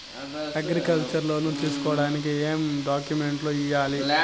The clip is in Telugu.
అగ్రికల్చర్ లోను తీసుకోడానికి ఏం డాక్యుమెంట్లు ఇయ్యాలి?